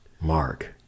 mark